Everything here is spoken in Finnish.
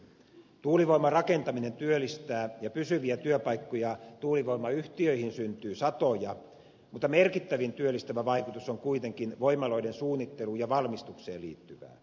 tuulivoiman rakentaminen työllistää ja pysyviä työpaikkoja tuulivoimayhtiöihin syntyy satoja mutta merkittävin työllistävä vaikutus on kuitenkin voimaloiden suunnitteluun ja valmistukseen liittyvää